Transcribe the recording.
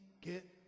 get